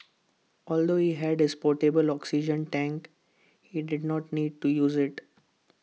although he had his portable oxygen tank he did not need to use IT